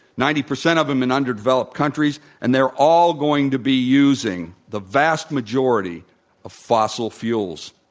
ninety percent of them in under-developed countries and they're all going to be using the vast majority of fossil fuels.